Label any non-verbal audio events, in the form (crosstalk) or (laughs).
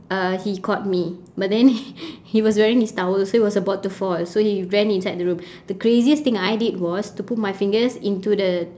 uh he caught me but then (laughs) he was wearing his towel so it was about to fall so he ran inside the room the craziest thing I did was to put my fingers into the